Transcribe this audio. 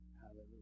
Hallelujah